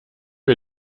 wir